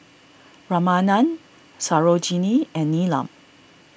Ramanand Sarojini and Neelam